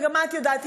וגם את יודעת,